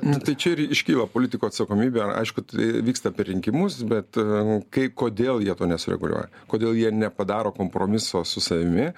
nu tai čia ir iškyla politikų atsakomybė aišku tai vyksta per rinkimus bet kai kodėl jie to nesureguliuoja kodėl jie nepadaro kompromiso su savimi